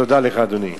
תודה לך, אדוני.